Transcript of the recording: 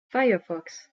firefox